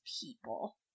people